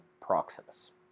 Proximus